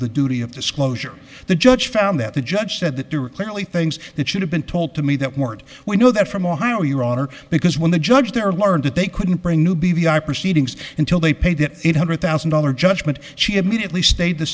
the duty of disclosure the judge found that the judge said that there were clearly things that should have been told to me that weren't we know that from ohio your honor because when the judge there learned that they couldn't bring new b v i proceedings until they paid that eight hundred thousand dollars judgment she had mutely stayed the